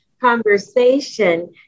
conversation